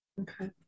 Okay